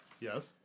Yes